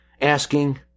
asking